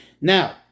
Now